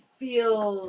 feel